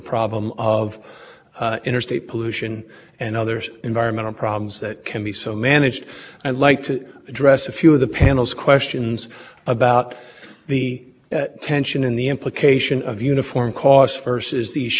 power demand is answered by the power plant that can generate that electricity most cheaply and cheaply in this case includes what we call variable cost in the industry including things like allowances you're going to have buy to admit